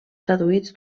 traduïts